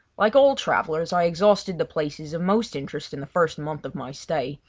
like all travellers i exhausted the places of most interest in the first month of my stay,